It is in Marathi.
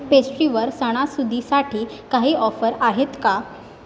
पेस्ट्रीवर सणासुदीसाठी काही ऑफर आहेत का